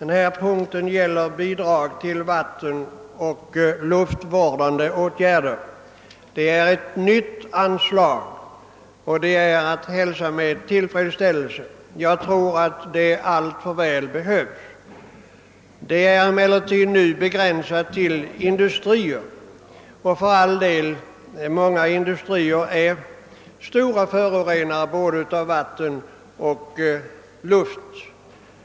Under denna punkt föreslås anslag till vattenoch luftvårdande åtgärder inom industrin. Det är ett nytt anslag som är att hälsa med tillfredsställelse — det behövs säkerligen alltför väl. Det är emellertid enligt förslaget begränsat till industrier, och många industrier är, för all del, stora förorenare av både vatten och luft.